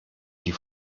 die